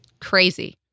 Crazy